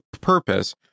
purpose